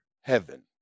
heaven